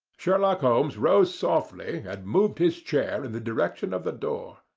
sherlock holmes rose softly and moved his chair in the direction of the door.